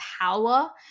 power